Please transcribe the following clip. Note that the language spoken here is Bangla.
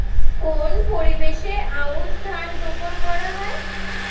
কোন পরিবেশে আউশ ধান রোপন করা হয়?